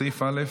סעיף ב'